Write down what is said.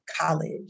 college